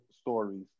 stories